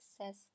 says